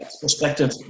perspective